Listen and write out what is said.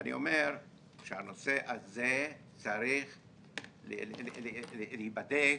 ואני אומר שהנושא הזה צריך להיבדק,